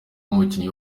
umukinnyi